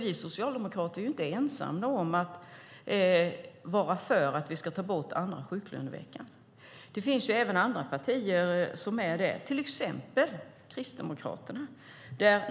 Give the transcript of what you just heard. Vi socialdemokrater är nämligen inte ensamma om att vara för att vi ska ta bort andra sjuklöneveckan. Det finns även andra partier som är det, till exempel Kristdemokraterna.